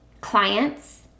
clients